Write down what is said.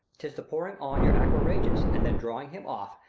tis the pouring on your aqua regis, and then drawing him off,